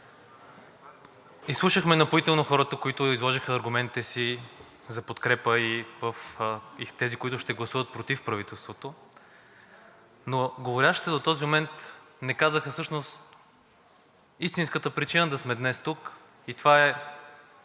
изслушахме напоително хората, които изложиха аргументите си за подкрепа, и тези, които ще гласуват против правителството, но говорещите до този момент не казаха всъщност истинската причина да сме днес тук и това е